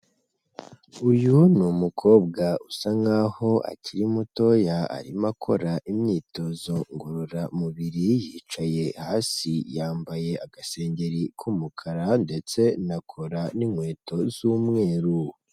Uyu ni umukobwa usa nk'aho akiri mutoya arimo akora imyitozo ngororamubiri, yicaye hasi yambaye agasengeri k'umukara ndetse na kora n'inkweto z'umweru.